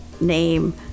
name